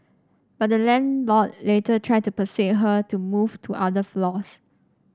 but the landlord later tried to persuade her to move to other floors